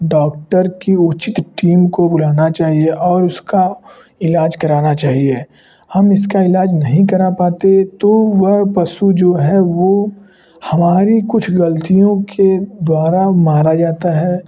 doctor की उचित team को बुलाना चाहिए और उसका इलाज कराना चाहिए हम इसका इलाज नहीं करा पाते तो वे पशु जो है वह हमारे कुछ ग़लतियों के द्वारा मारा जाता है